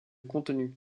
contenu